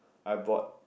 I bought